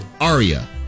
Aria